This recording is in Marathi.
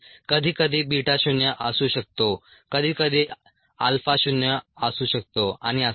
कधीकधी बीटा 0 असू शकतो कधीकधी अल्फा 0 असू शकतो आणि असेच